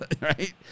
Right